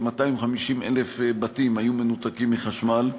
כ-250,000 בתים היו מנותקים מחשמל.